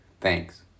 Thanks